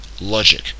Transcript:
logic